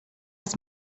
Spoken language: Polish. czas